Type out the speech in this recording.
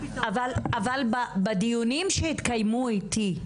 אבל בדיונים שהתקיימו איתי,